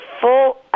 full